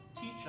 teach